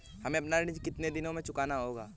हमें अपना ऋण कितनी दिनों में चुकाना होगा?